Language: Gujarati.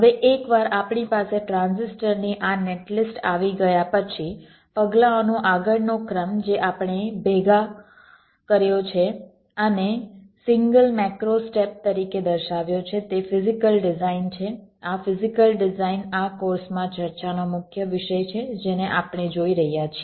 હવે એકવાર આપણી પાસે ટ્રાન્ઝિસ્ટરની આ નેટલિસ્ટ આવી ગયા પછી પગલાંઓનો આગળનો ક્રમ જે આપણે ભેગા કર્યો છે અને સિંગલ મેક્રો સ્ટેપ તરીકે દર્શાવ્યો છે તે ફિઝીકલ ડિઝાઇન છે આ ફિઝીકલ ડિઝાઇન આ કોર્સ માં ચર્ચાનો મુખ્ય વિષય છે જેને આપણે જોઈ રહ્યા છીએ